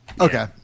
Okay